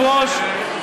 אדוני היושב-ראש,